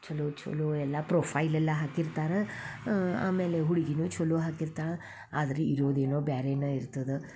ಚಲೋ ಚಲೋ ಎಲ್ಲ ಪ್ರೊಫೈಲ್ ಎಲ್ಲ ಹಾಕಿರ್ತಾರೆ ಆಮೇಲೆ ಹುಡ್ಗಿಯೂ ಚಲೋ ಹಾಕಿರ್ತಾಳೆ ಆದ್ರೆ ಇರೋದು ಏನೋ ಬೇರೇನ ಇರ್ತದೆ